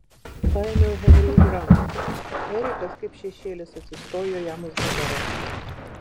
paėmiau henrį už rankos erikas kaip šešėlis atsistojo jam už nugaros